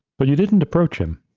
but you didn't approach him?